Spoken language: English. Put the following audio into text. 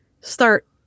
start